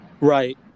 Right